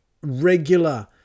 regular